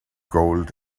gold